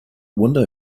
window